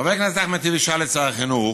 חבר הכנסת אחמד טיבי שאל את שר החינוך,